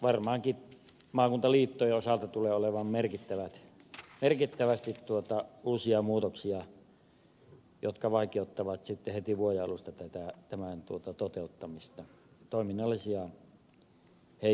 varmaankin maakuntaliittojen osalta tulee olemaan merkittävästi uusia muutoksia jotka vaikeuttavat sitten heti vuoden alusta tämän toteuttamista toiminnallisia heikennyksiä